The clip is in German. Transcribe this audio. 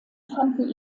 fanden